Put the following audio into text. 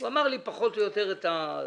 הוא אמר לי פחות או יותר את הדברים.